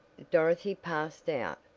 dorothy passed out,